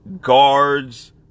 guards